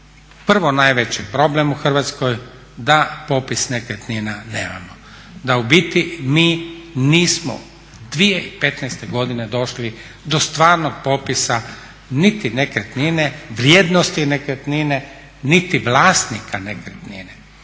Prvo najveći problem u Hrvatskoj da potpis nekretnina nemamo. Da u biti mi nismo 2015. godine došli do stvarnog popisa niti nekretnine, vrijednosti nekretnine niti vlasnika nekretnine.